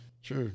Sure